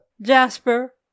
Jasper